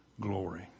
glory